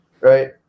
right